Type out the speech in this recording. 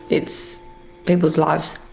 it's people's lives.